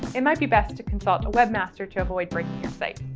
it might be best to consult a webmaster to avoid breaking your site.